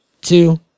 two